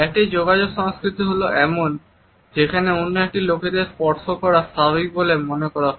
একটি যোগাযোগ সংস্কৃতি হল এমন একটি যেখানে অন্য লোকেদের স্পর্শ করা স্বাভাবিক বলে মনে করা হয়